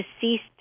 deceased